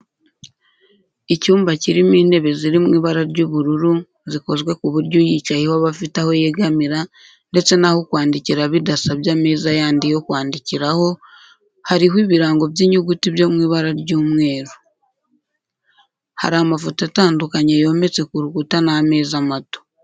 Icyumba kirimo intebe ziri mu ibara ry'ubururu zikozwe ku buryo uyicayeho aba afite aho yegamira ndetse n'aho kwandikira bidasabye ameza yandi yo kwandikiraho, hariho ibirango by'inyuguti byo mu ibara ry'umweru. Hari amafoto atandukanye yometse ku rukuta n'ameza mato.